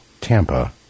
Tampa